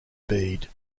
bede